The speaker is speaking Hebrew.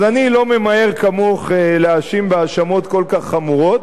אז אני לא ממהר כמוך להאשים בהאשמות כל כך חמורות,